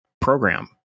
program